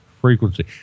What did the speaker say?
Frequency